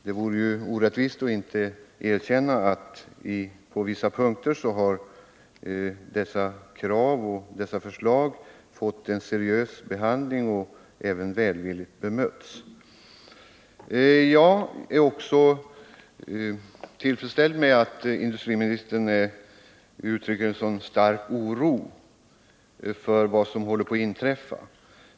Det vore ju orättvist att inte erkänna att dessa krav och förslag på vissa punkter har fått en seriös behandling och även blivit välvilligt bemötta. Jag är också tillfredsställd med att industriministern uttrycker en så stark oro för vad som håller på att inträffa.